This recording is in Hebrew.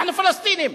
אנחנו פלסטינים.